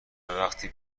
وقتی